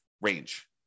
range